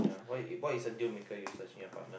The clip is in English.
what what is the deal maker you search in your partner